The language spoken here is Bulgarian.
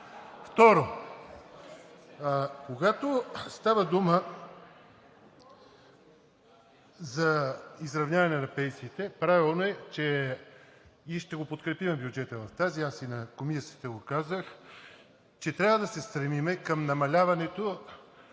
Второ, когато става дума за изравняване на пенсиите, правилно е – и ще подкрепим бюджета, аз и в Комисията го казах, че трябва да се стремим към намаляването